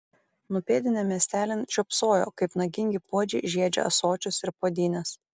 nupėdinę miestelin žiopsojo kaip nagingi puodžiai žiedžia ąsočius ir puodynes